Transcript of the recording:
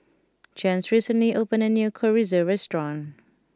Jens recently opened a new Chorizo restaurant